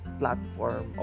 platform